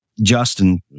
Justin